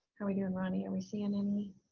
are we doing ronnie? are we seeing any?